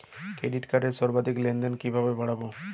Credit কার্ডের সর্বাধিক লেনদেন কিভাবে বাড়াবো?